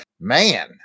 man